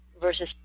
versus